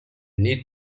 need